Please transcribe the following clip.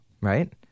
Right